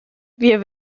wir